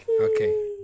Okay